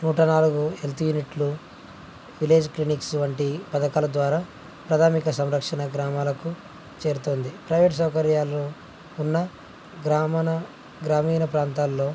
నూట నాలుగు హెల్త్ యూనిట్లు విలేజ్ క్లినిక్స్ వంటి పథకాల ద్వారా ప్రాథమిక సంరక్షణ గ్రామాలకు చేరుతోంది ప్రైవేట్ సౌకర్యాలు ఉన్న గ్రామణ గ్రామీణ ప్రాంతాల్లో